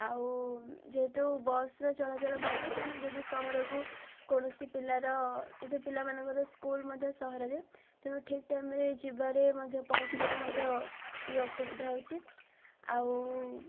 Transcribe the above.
ଆଉ ଯେହେତୁ ବସ୍ର ଚଳାଚଳ ଭଲ ନାଇଁ ତେଣୁ ଯଦି ସହରକୁ କୌଣସି ପିଲାର ଯେହେତୁ ପିଲାମାନଙ୍କର ସ୍କୁଲ୍ ମଧ୍ୟ ସହରରେ ତେଣୁ ଠିକ୍ ଟାଇମ୍ରେ ଯିବାରେ ମଧ୍ୟ ପହଞ୍ଚିବାରେ ମଧ୍ୟ ଟିକେ ଅସୁବିଧା ହେଉଛି ଆଉ